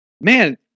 Man